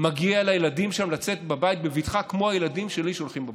מגיע לילדים שם לצאת מהבית בבטחה כמו כשהילדים שלי הולכים מהבית.